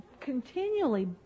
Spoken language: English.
continually